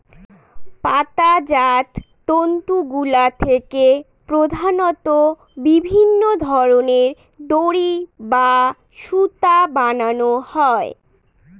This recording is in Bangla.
পাতাজাত তন্তুগুলা থেকে প্রধানত বিভিন্ন ধরনের দড়ি বা সুতা বানানো হয়